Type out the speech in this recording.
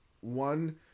One